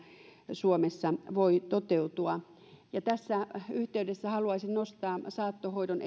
suomessa voi toteutua tässä yhteydessä haluaisin nostaa esiin saattohoidon